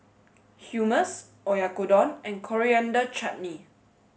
Hummus Oyakodon and Coriander Chutney